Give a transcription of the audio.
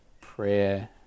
prayer